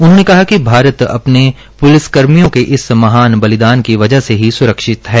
उन्होंने कहा कि भारत अपने पुलिसकर्मियों के इस महान बलिदान की वजह से ही सुरक्षित हैं